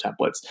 templates